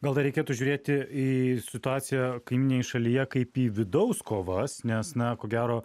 gal dar reikėtų žiūrėti į situaciją kaimyninėje šalyje kaip į vidaus kovas nes na ko gero